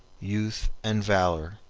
youth, and valor,